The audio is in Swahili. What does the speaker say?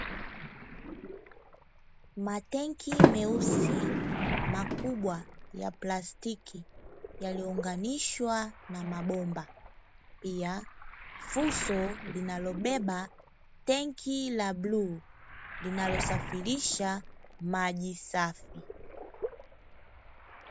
Matenki meusi makubwa ya plastiki, yaliounganishwa na mabomba pia fuso linalobeba tenki la bluu, linalosafirisha maji safi.